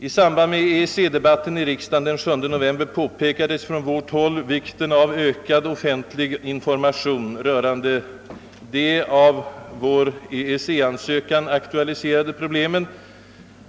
I samband med EEC-debatten i riksdagen den 7 november påpekades från vårt håll vikten av ökad offentlig information rörande de av vår EEC-ansökan aktualiserade problemen.